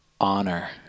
honor